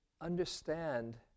understand